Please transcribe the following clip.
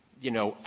you know,